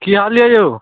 की हाल हइ यौ